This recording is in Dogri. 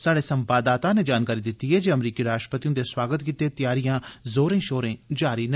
स्हाड़े संवाददाता नै जानकारी दिती ऐ जे अमरीकी राष्ट्रपति हुन्दे सुआगत गितै तैयारियां जोरें शोरें जारी न